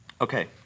Okay